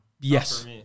Yes